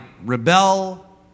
rebel